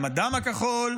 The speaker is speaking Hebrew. עם הדם הכחול,